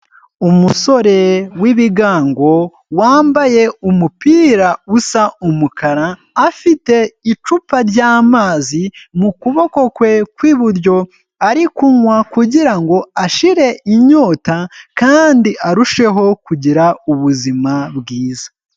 Umusore w'ibigango wambaye umupira usa umukara, afite icupa ry'amazi mu kuboko kwe kw'iburyo ari kunywa kugira ngo ashire inyota, kandi arusheho kugira ubuzima bwiza.